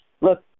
Look